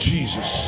Jesus